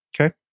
Okay